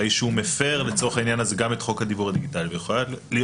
הרי שהוא מפר לצורך העניין גם את חוק הדיוור הדיגיטלי ויכולה להיות